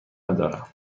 ندارم